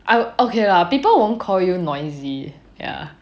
I would okay lah people won't call you noisy ya